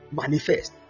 manifest